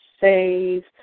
save